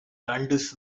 dundas